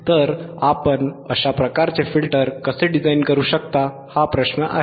तर आपण अशा प्रकारचे फिल्टर कसे डिझाइन करू शकता हा प्रश्न आहे